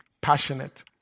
passionate